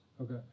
Okay